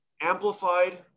amplified